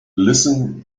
listen